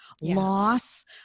loss